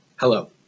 Hello